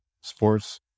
sports